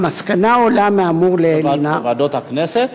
המסקנה העולה מהאמור לעיל הינה, בוועדות הכנסת?